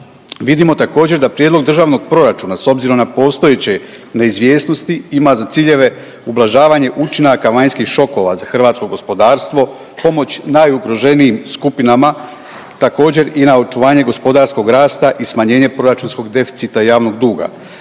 Vidimo također da Prijedlog državnog proračuna s obzirom na postojeće neizvjesnosti ima za ciljeve ublažavanje učinaka vanjskih šokova za hrvatsko gospodarstvo, pomoć najugroženijim skupinama također i na očuvanje gospodarskog rasta i smanjenje proračunskog deficita javnog duga.